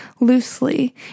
loosely